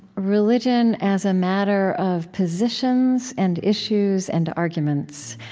religion as a matter of positions and issues and arguments.